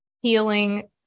healing